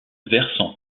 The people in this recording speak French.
versant